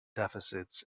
deficits